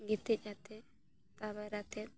ᱜᱤᱛᱤᱡ ᱠᱟᱛᱮᱫ ᱛᱟᱵᱮᱨ ᱠᱟᱛᱮᱫ